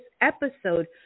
episode